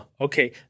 okay